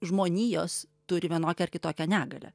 žmonijos turi vienokią ar kitokią negalią